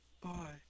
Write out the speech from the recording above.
Bye